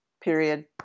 period